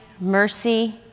mercy